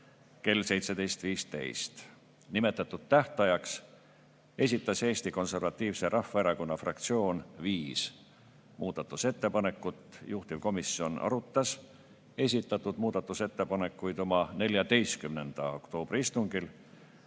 kell 17.15. Nimetatud tähtajaks esitas Eesti Konservatiivse Rahvaerakonna fraktsioon viis muudatusettepanekut. Juhtivkomisjon arutas esitatud muudatusettepanekuid oma 14. oktoobri istungil